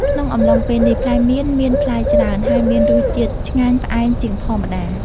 ក្នុងអំឡុងពេលនេះ ផ្លែមៀនមានផ្លែច្រើន ហើយមានរសជាតិឆ្ងាញ់ផ្អែមជាងធម្មតា។